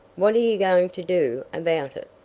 what are you going to do about it?